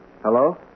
Hello